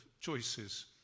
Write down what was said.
choices